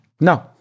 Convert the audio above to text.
No